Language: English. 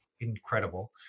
incredible